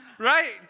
Right